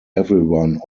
everyone